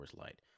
Light